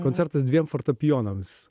koncertas dviem fortepijonams